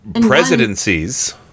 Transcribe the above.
presidencies